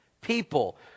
people